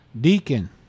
Deacon